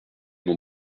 noms